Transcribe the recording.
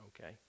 okay